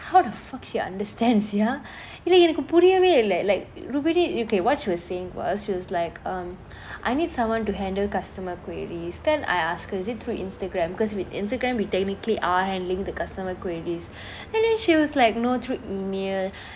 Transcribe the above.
how the fuck she understand sia இல்ல என்னக்கு புரியவெய் இல்ல :illa ennaku puriyavey illa like like rupiniokaywhat she was saying was she was like um I need someone to handle customer queries then I ask her is it through Instagram because with Instagram we technically are handling the customer queries and then she was like no through email